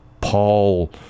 Paul